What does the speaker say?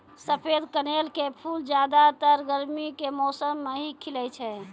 सफेद कनेल के फूल ज्यादातर गर्मी के मौसम मॅ ही खिलै छै